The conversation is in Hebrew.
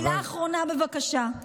מילה אחרונה, בבקשה.